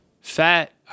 fat